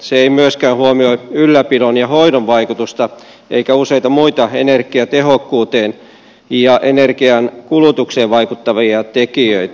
se ei myöskään huomioi ylläpidon ja hoidon vaikutusta eikä useita muita energiatehokkuuteen ja energiankulutukseen vaikuttavia tekijöitä